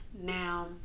Now